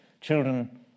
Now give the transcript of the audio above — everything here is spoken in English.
children